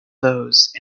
those